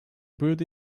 brewed